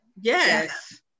Yes